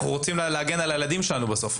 אנחנו רוצים להגן על הילדים שלנו בסוף.